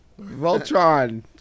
Voltron